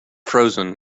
frozen